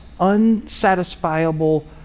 unsatisfiable